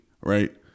Right